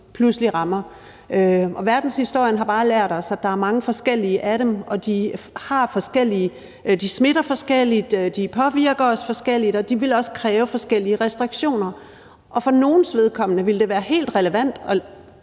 pludselig rammer. Verdenshistorien har bare lært os, at der er mange forskellige af dem, at de smitter forskelligt, at de påvirker os forskelligt, og at de også vil kræve forskellige restriktioner. For nogens vedkommende vil det være helt relevant at